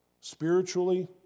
spiritually